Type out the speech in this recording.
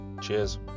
Cheers